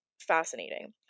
fascinating